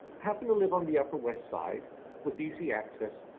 happen to live on the upper west side with easy access,